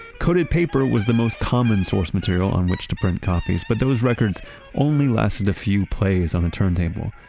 coated paper was the most common source material on which to print copies, but those records only lasted a few plays on a turntable.